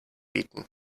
bieten